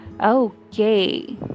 Okay